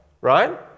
right